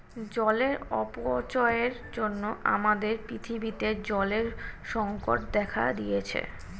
জলের অপচয়ের জন্য আমাদের পৃথিবীতে জলের সংকট দেখা দিয়েছে